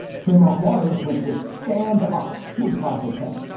tremont waters went with stand up. he is five foot ten,